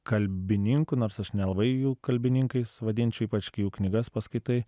kalbininkų nors aš nelabai jų kalbininkais vadinčiau ypač kai jų knygas paskaitai